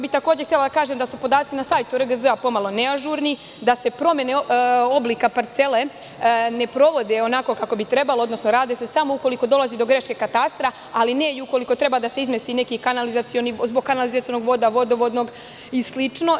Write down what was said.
Takođe bih htela da kažem da su podaci na sajtu RGZ pomalo neažurni, da se promene oblika parcele ne provode kako bi trebalo, odnosno radi se samo ukoliko dolazi do greške katastra, ali ne i ukoliko treba da se izmesti zbog kanalizacije, vodovoda i slično.